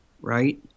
right